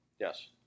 Yes